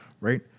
right